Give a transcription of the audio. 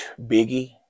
Biggie